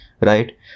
right